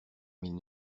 mille